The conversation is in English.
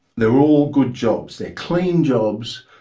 they're all good jobs. they're clean jobs,